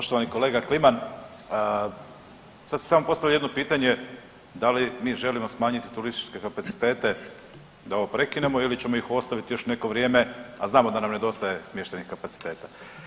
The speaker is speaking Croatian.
Poštovani kolega Kliman, sad se samo postavlja jedno pitanje, da li mi želimo smanjiti turističke kapacitete da ovo prekinemo ili ćemo ih ostaviti još neko vrijeme, a znamo da nam nedostaje smještajnih kapaciteta.